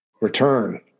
return